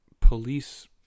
police